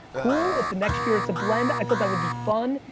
cool, if the next year it's a blend, i thought that would be fun,